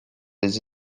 des